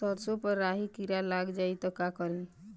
सरसो पर राही किरा लाग जाई त का करी?